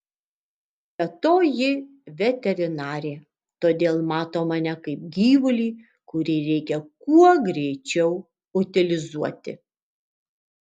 be to ji veterinarė todėl mato mane kaip gyvulį kurį reikia kuo greičiau utilizuoti